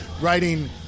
writing